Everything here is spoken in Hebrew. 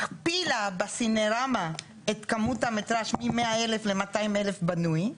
הכפילה בסינרמה את כמות המטראז' מ-100,000 ל-200,000 בנוי.